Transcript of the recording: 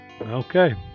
Okay